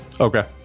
Okay